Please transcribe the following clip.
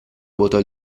vuotò